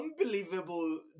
unbelievable